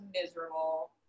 miserable